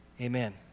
Amen